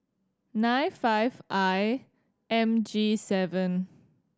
nine five I M G seven